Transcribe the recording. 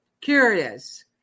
curious